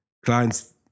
Clients